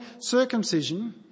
circumcision